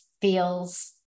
feels